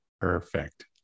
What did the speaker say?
Perfect